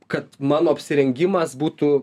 kad mano apsirengimas būtų